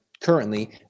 currently